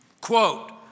quote